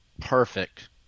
perfect